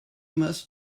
must